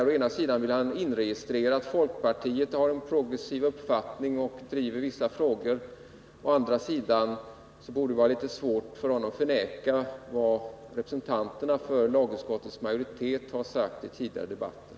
Å ena sidan vill han inregistrera att folkpartiet har en progressiv uppfattning i vissa frågor, å andra sidan vill han inte ta avstånd från vad representanterna för lagutskottets majoritet har sagt i tidigare debatter.